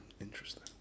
Interesting